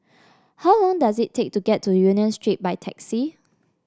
how long does it take to get to Union Street by taxi